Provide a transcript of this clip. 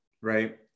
Right